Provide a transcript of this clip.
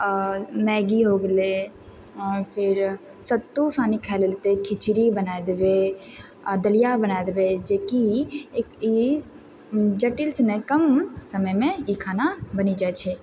Maggi हो गेलै फिर सत्तू सङ्गहेँ खाए लेतै खिचड़ी बनाए देबै आ दलिया बनाए देबै जे कि एक ई जटिल से नहि कम समयमे ई खाना बनि जाइ छै